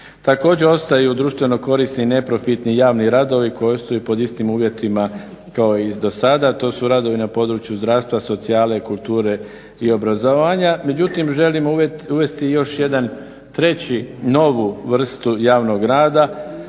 Također, ostaju društveno korisni neprofitni javni radovi koji su i pod istim uvjetima kao i dosada. To su radovi na području zdravstva, socijale, kulture i obrazovanja. Međutim, želim uvesti još jedan treći, novu vrstu javnog rada,